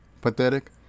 pathetic